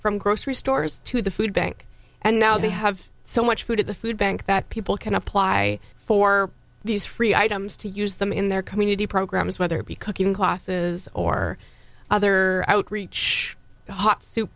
from grocery stores to the food bank and now they have so much food at the food bank that people can apply for these free items to use them in their community programs whether because even classes or other outreach hot soup